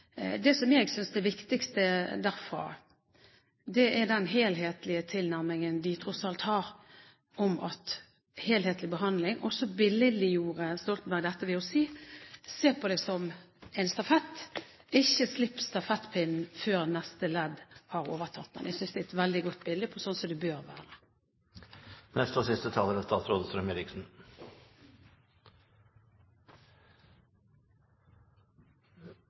det viktigste derfra, er den helhetlige tilnærmingen de tross alt har til helhetlig behandling. Stoltenberg-utvalget billedliggjorde dette med å si: Se på det som en stafett – ikke slipp stafettpinnen før neste ledd har overtatt. Jeg synes det er et veldig godt bilde på sånn som det bør